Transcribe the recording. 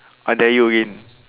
I dare you again